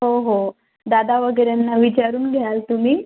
हो हो दादा वगैरेंना विचारून घ्या तुम्ही